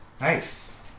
Nice